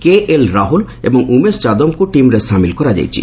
KL Rahul ଏବଂ ଉମେଶ ଯାଦବଙ୍କୁ ଟିମ୍ରେ ସାମିଲ କରାଯାଇଛି